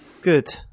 Good